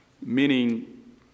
meaning